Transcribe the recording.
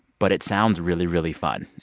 but it sounds really, really fun.